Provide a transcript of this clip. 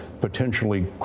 potentially